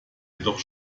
jedoch